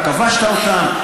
אתה כבשת אותם,